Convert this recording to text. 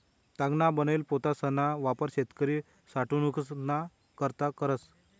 तागना बनेल पोतासना वापर शेतकरी साठवनूक ना करता करस